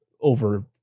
over